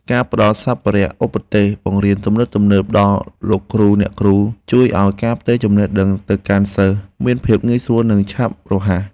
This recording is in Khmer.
ការផ្តល់សម្ភារៈឧបទេសបង្រៀនទំនើបៗដល់លោកគ្រូអ្នកគ្រូ ជួយឱ្យការផ្ទេរចំណេះដឹងទៅកាន់សិស្សមានភាពងាយស្រួលនិងឆាប់រហ័ស។